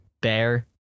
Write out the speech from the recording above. Bear